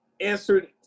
answered